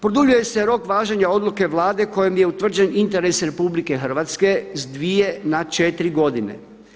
Produljuje se rok važenja odluke Vlade kojom je utvrđen interes RH s dvije na četiri godine.